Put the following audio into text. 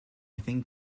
think